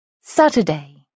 Saturday